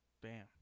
Bam